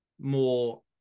more